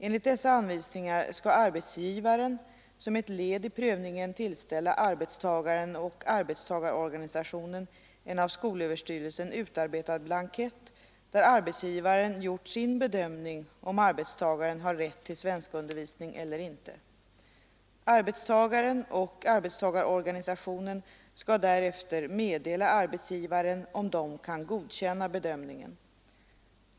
Enligt dessa anvisningar skall arbetsgivaren som ett led i prövningen tillställa arbetstagaren och arbetstagarorganisationen en av skolöverstyrelsen utarbetad blankett där arbetsgivaren har gjort sin bedömning om arbetstagaren har rätt till svenskundervisning eller inte. Arbetstagaren och arbetstagarorganisationen skall därefter meddela arbetsgivaren om de kan godkänna bedömningen.